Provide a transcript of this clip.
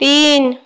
তিন